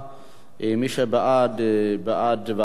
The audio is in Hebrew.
בעד ועדה, מי שנגד, הסרה.